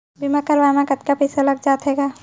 बीमा करवाए म कतका पइसा लग जाथे गा?